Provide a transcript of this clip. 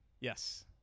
Yes